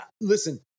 listen